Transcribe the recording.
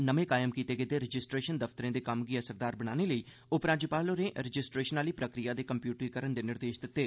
नमें कायम कीते गेदे रजिस्ट्रेशन दफ्तरें दे कम्म गी असरदार बनाने लेई उपराज्यपाल होरें रजिस्ट्रेशन आह्ली प्रक्रिया दे कम्प्यूटरीकरण दे निर्देश दित्ते